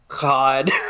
God